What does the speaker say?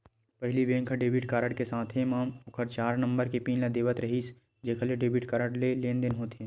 पहिली बेंक ह debit card के साथे म ओखर चार नंबर के पिन ल देवत रिहिस जेखर ले डेबिट कारड ले लेनदेन होथे